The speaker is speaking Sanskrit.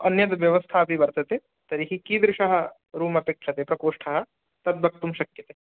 अन्यद् व्यवस्थापि वर्तते तर्हि कीदृशः रूम् अपेक्षते प्रकोष्ठः तद् वक्तुं शक्यते